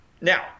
Now